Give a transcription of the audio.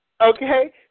Okay